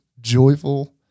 joyful